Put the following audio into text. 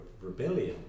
rebellion